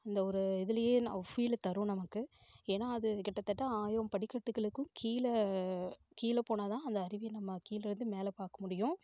அந்த ஒரு இதிலேயே ந ஒரு ஃபீல் தரும் நமக்கு ஏன்னா அது கிட்டத்தட்ட ஆயிரம் படிக்கட்டுக்களுக்கும் கீழே கீழே போனால் தான் அந்த அருவியை நம்ம கீழே இருந்து மேலே பார்க்க முடியும்